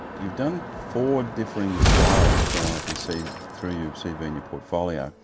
you've done four differing styles from i can see through your cv and your portfolio.